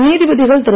நீதிபதிகள் திரு